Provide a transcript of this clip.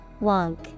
Wonk